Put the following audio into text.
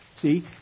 See